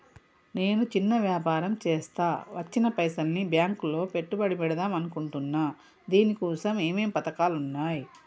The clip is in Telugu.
నేను చిన్న వ్యాపారం చేస్తా వచ్చిన పైసల్ని బ్యాంకులో పెట్టుబడి పెడదాం అనుకుంటున్నా దీనికోసం ఏమేం పథకాలు ఉన్నాయ్?